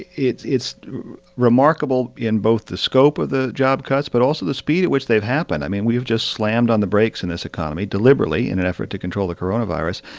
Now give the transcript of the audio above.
it's it's remarkable in both the scope of the job cuts but also the speed at which they've happened. i mean, we've just slammed on the brakes in this economy, deliberately, in an effort to control the coronavirus.